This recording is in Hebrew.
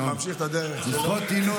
ממשיך את הדרך שלו.